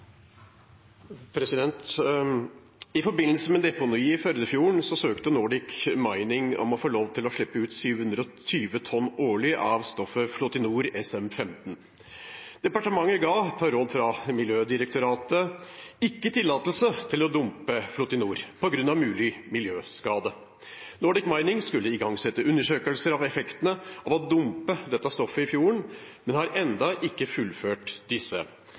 I forbindelse med deponiet i Førdefjorden søkte Nordic Mining om å få lov til å slippe ut 720 tonn årlig av stoffet Flotinor SM15. Departementet ga, etter råd fra Miljødirektoratet, ikke tillatelse til å dumpe Flotinor på grunn av mulig miljøskade. Nordic Mining skulle igangsette undersøkelser av effektene av å dumpe dette stoffet i fjorden, men har ennå ikke fullført disse.